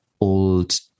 old